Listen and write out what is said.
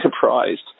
surprised